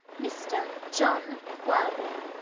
mr. john worthing.